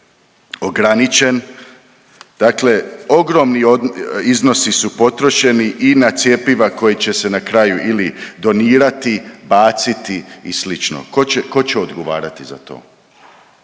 ograničen. Dakle, ogromni iznosi su potrošeni i na cjepiva koji će se na kraju ili donirati, baciti i slično. Tko će odgovarati za to?